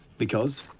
because?